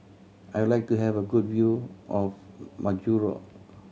I would like to have a good view of Majuro